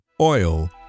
oil